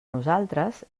nosaltres